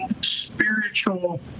spiritual